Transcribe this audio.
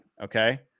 Okay